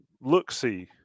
look-see